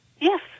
Yes